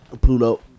Pluto